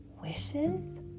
Wishes